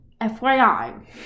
FYI